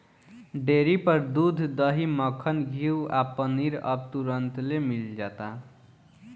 dairy पर दूध, दही, मक्खन, घीव आ पनीर अब तुरंतले मिल जाता